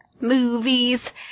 movies